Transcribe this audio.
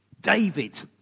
David